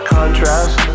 contrast